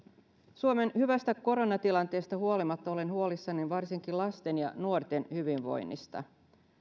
suomen hyvästä koronatilanteesta huolimatta olen huolissani varsinkin lasten ja nuorten hyvinvoinnista